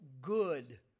good